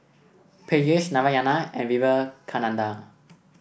Peyush Narayana and Vivekananda